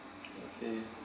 okay